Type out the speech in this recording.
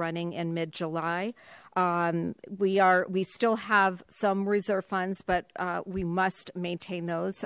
running in mid july we are we still have some reserve funds but we must maintain those